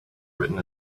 written